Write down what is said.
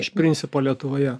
iš principo lietuvoje